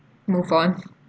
move on